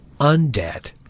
undead